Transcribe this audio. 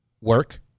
work